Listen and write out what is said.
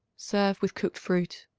serve with cooked fruit.